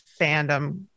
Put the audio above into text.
fandom